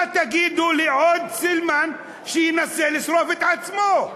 מה תגידו לעוד סילמן שינסה לשרוף את עצמו?